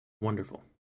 Wonderful